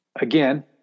again